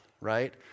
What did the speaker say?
right